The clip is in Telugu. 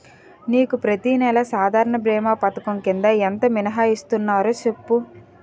నీకు ప్రతి నెల సాధారణ భీమా పధకం కింద ఎంత మినహాయిస్తన్నారో సెప్పు